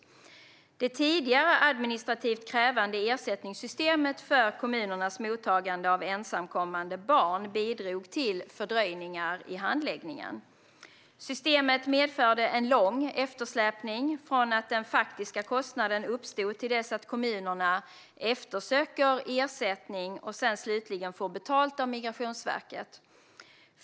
Det tidigare administrativt krävande ersättningssystemet för kommunernas mottagande av ensamkommande barn bidrog till fördröjningar i handläggningen. Systemet medförde en lång eftersläpning från att den faktiska kostnaden uppstod till dess att kommunerna eftersöker ersättning och sedan slutligen får betalt av Migrationsverket.